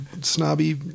snobby